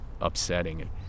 upsetting